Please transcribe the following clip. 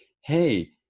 hey